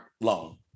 loan